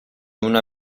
una